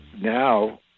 now